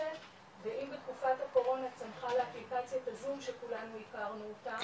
ואם בתקופת הקורונה צמחה אפליקציית הזום שכולנו הכרנו אותה,